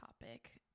topic